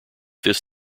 this